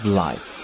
life